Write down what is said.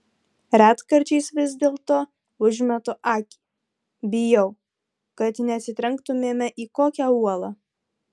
retkarčiais vis dėlto užmetu akį bijau kad neatsitrenktumėme į kokią uolą